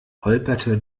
holperte